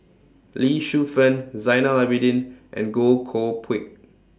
Lee Shu Fen Zainal Abidin and Goh Koh Pui